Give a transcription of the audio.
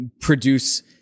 produce